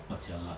!wah! jialat